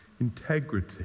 Integrity